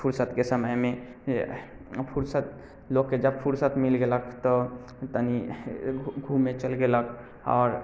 फुर्सतके समयमे फुर्सत लोककेँ जब फुर्सत मिल गेलक तऽ तनी घूमे चल गेलक आओर